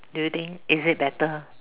do you think is it better